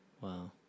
Wow